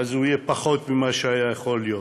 הוא יהיה פחות ממה שהוא היה יכול להיות.